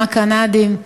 גם הקנדיים,